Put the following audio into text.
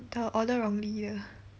the order wrongly 的